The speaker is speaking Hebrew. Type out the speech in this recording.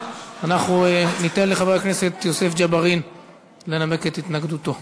אנחנו ניתן לחבר הכנסת יוסף ג'בארין לנמק את התנגדותו.